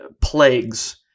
Plagues